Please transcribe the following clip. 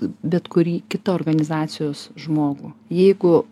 bet kurį kitą organizacijos žmogų jeigu